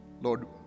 Lord